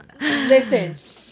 Listen